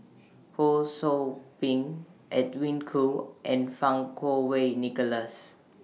Ho SOU Ping Edwin Koo and Fang Kuo Wei Nicholas